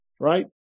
Right